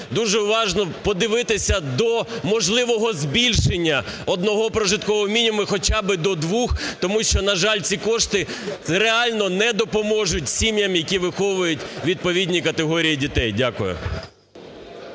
дуже уважно подивитися до можливого збільшення одного прожиткового мінімуму хоча б до двох, тому що, на жаль, ці кошти реально не допоможуть сім'ям, які виховують відповідні категорії дітей. Дякую.